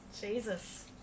jesus